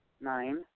Nine